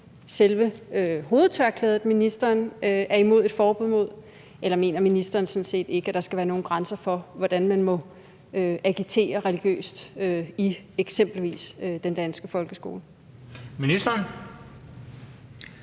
selve hovedtørklædet, ministeren er imod et forbud mod? Eller mener ministeren sådan set ikke, at der skal være nogle grænser for, hvordan man må agitere religiøst i eksempelvis den danske folkeskole? Kl.